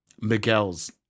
Miguel's